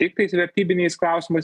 tiktais vertybiniais klausimais